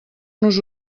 nos